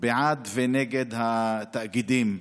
בעד ונגד התאגידים,